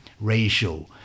ratio